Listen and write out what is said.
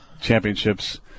championships